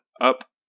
up